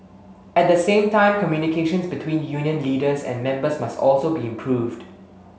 at the same time communications between union leaders and members must also be improved